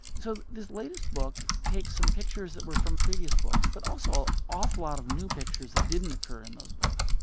so this latest book takes some pictures that were from previous books, but also an awful lot of new pictures that didn't occur in those books.